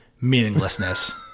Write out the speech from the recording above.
meaninglessness